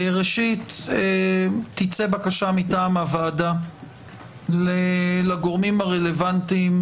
ראשית, תצא בקשה מטעם הוועדה לגורמים הרלוונטיים